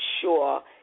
sure